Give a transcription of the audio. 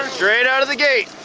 straight outta the gate.